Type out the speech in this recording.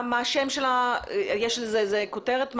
יש לזה איזה כותרת,